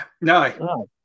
No